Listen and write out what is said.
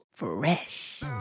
Fresh